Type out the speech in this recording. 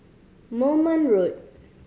Moulmein Road